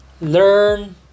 Learn